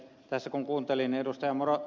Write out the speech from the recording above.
tässä kun kuuntelin ed